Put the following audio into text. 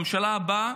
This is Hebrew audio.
הממשלה הבאה,